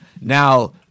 now